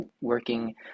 working